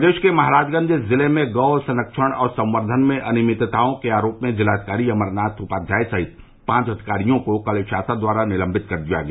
प्रदेश के महराजगंज जिले में गौ संरक्षण और संवर्धन में अनियमितताओं के आरोप में जिलाधिकारी अमरनाथ उपाध्याय सहित पांच अधिकारियों को कल शासन द्वारा निलम्बित कर दिया गया